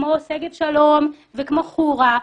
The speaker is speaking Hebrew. כמו שגב שלום וכמו חורה,